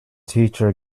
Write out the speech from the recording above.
teacher